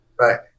Right